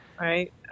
Right